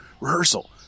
rehearsal